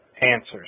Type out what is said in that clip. answers